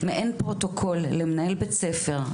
מסמך למנהלי בתי ספר,